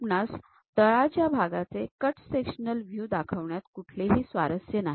आपणास तळाच्या भागाचे कट सेक्शनल व्ह्यू दाखवण्यात कुठलेही स्वारस्य नाही